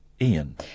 Ian